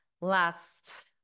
Last